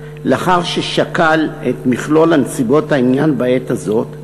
לאחר ששקל את מכלול נסיבות העניין בעת הזאת,